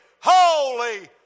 holy